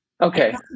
Okay